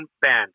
Band